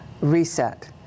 reset